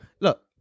look